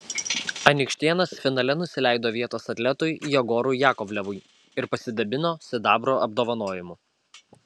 anykštėnas finale nusileido vietos atletui jegorui jakovlevui ir pasidabino sidabro apdovanojimu